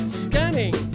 scanning